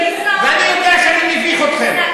ואני יודע שאני מביך אתכם,